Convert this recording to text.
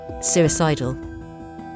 suicidal